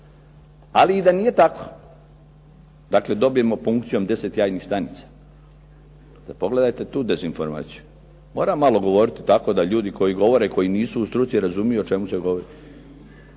Ali i da nije tako, dakle dobijemo punkcijom deset jajnih stanica. Pogledajte tu dezinformaciju. Moram malo govorit tako da ljudi koji govore, koji nisu u struci, razumiju o čemu se govori.